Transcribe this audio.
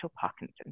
Parkinson